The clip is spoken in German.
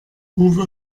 uwe